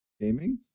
Gaming